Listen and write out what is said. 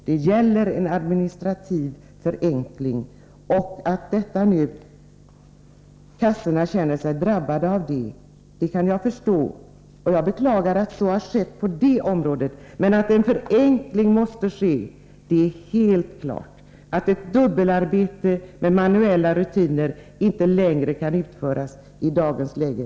Det gäller en administrativ förenkling. Att kassorna känner sig drabbade kan jag förstå. Jag beklagar att så är fallet, men att en förenkling måste ske är helt klart. Att ett dubbelarbete med manuella rutiner i dagens läge inte längre kan utföras är lika klart.